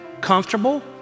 comfortable